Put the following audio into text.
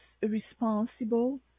responsible